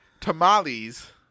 tamales